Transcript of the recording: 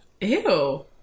Ew